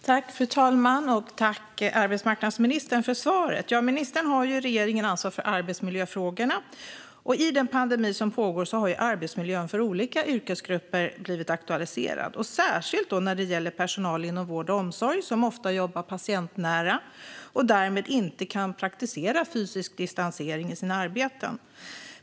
Fru talman! Tack, arbetsmarknadsministern, för svaret! Ministern har ju i regeringen ansvar för arbetsmiljöfrågorna, och i den pandemi som pågår har arbetsmiljön för olika yrkesgrupper blivit aktualiserad. Detta gäller särskilt personal inom vård och omsorg, som ofta jobbar patientnära och som därmed inte kan praktisera fysisk distansering i sina arbeten.